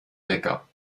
lecker